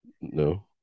No